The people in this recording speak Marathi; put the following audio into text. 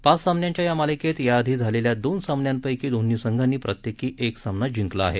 पाच सामन्यांच्या या मालिकेत याआधी झालेल्या दोन सामन्यांपैकी दोन्ही संघांनी प्रत्येकी एक सामना जिंकला आहे